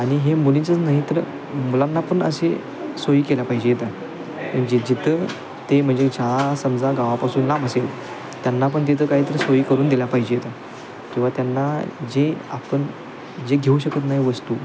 आणि हे मुलींचंच नाही तर मुलांना पण असे सोयी केल्या पाहिजेत म्हणजे जिथं ते म्हणजे शाळा समजा गावापासून लांब असेल त्यांना पण तिथं काहीतरी सोयी करून दिल्या पाहिजेल किंवा त्यांना जे आपण जे घेऊ शकत नाही वस्तू